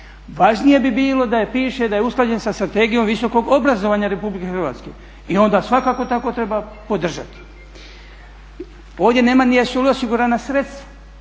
Važnije bi bilo da piše da je usklađen sa Strategijom visokog obrazovanja Republike Hrvatske i onda svakako tako treba podržati. Ovdje nema ni jesu li osigurana sredstva.